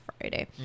friday